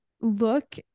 look